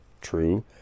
true